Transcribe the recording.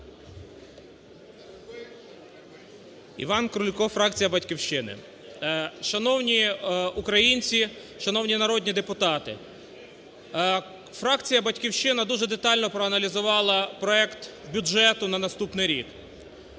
Іван Крулько, фракція "Батьківщина". Шановні українці, шановні народні депутати, фракція "Батьківщина" дуже детально проаналізувала проект бюджету на наступний рік.